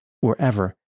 wherever